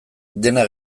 dena